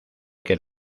que